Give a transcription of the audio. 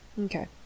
Okay